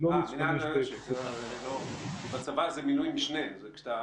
צוין שדוקטור קרייס הציע להעביר מבתי חולים אחרים אל בית החולים שלכם.